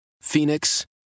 Phoenix